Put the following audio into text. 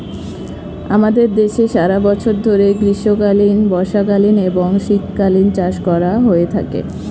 আমাদের দেশে সারা বছর ধরে গ্রীষ্মকালীন, বর্ষাকালীন এবং শীতকালীন চাষ করা হয়ে থাকে